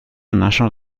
national